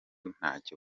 ntacyo